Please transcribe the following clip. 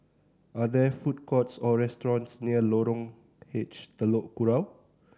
are there food courts or restaurants near Lorong H Telok Kurau